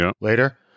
later